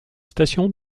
station